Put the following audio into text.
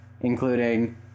Including